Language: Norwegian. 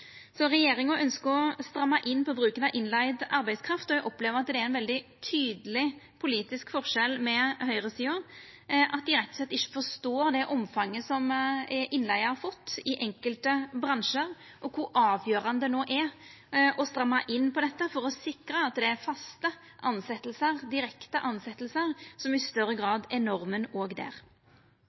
Regjeringa ønskjer difor å stramma inn på bruken av innleigd arbeidskraft. Eg opplever at det er ein veldig tydeleg politisk forskjell i forhold til høgresida, at dei rett og slett ikkje forstår det omfanget som innleige har fått i enkelte bransjar, og kor avgjerande det no er å stramma inn på dette for å sikra at det er faste og direkte tilsetjingar som i større grad er norma òg der.